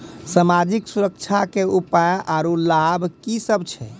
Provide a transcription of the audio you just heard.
समाजिक सुरक्षा के उपाय आर लाभ की सभ छै?